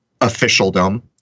officialdom